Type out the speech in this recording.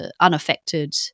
unaffected